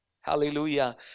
Hallelujah